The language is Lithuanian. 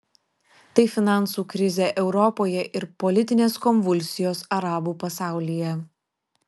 tai finansų krizė europoje ir politinės konvulsijos arabų pasaulyje